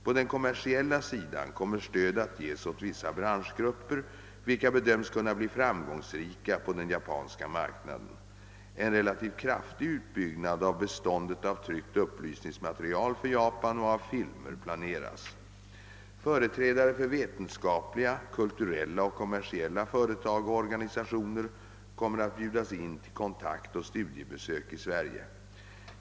På den kommersiella sidan kommer stöd att ges åt vissa branschgrup per, vilka bedöms kunna bli framgångsrika på den japanska marknaden. En relativt kraftig utbyggnad av beståndet av tryckt upplysningsmaterial för Japan och av filmer planeras. Företrädare för vetenskapliga, kulturella och kommersiella företag och organisationer kommer att bjudas in till kontaktoch studiebesök i Sverige.